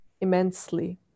immensely